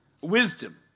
wisdom